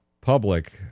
public